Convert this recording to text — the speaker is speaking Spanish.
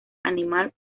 animal